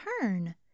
turn